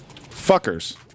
Fuckers